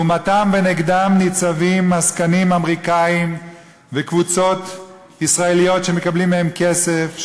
לעומתם ונגדם ניצבים עסקנים אמריקנים וקבוצות ישראליות שמקבלות מהם כסף,